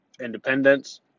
independence